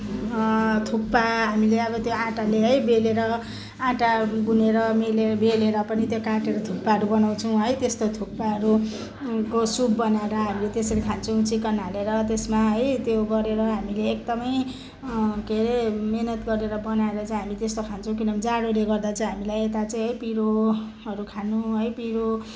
थुक्पा हामीले अब त्यो आँटाले है बेलेर आँटा गुनेर मेलेर बेलेर पनि त्यो काटेर थुक्पाहरू बनाउँछौँ है त्यस्तो थुक्पाहरूको सुप बनाएर हामीले त्यसरी खान्छौँ चिकन हालेर त्यसमा है त्यो गरेर हामीले एकदमै के अरे मिहिनेत गरेर बनाएर चाहिँ हामी त्यस्तो खान्छौँ किनकि जाडोले गर्दा चाहिँ हामीलाई यता चाहिँ पिरोहरू खानु है पिरो